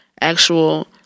actual